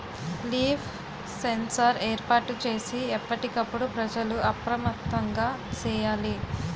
leaf sensor ఏర్పాటు చేసి ఎప్పటికప్పుడు ప్రజలు అప్రమత్తంగా సేయాలి